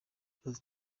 ikibazo